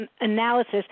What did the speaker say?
analysis